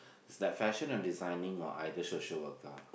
snap fashion or designing or either social worker